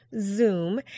Zoom